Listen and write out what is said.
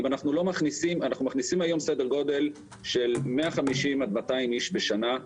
אנחנו מכניסים היום סדר גודל של מאה חמישים עד מאתיים איש בשנה,